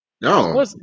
No